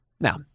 Now